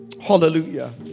Hallelujah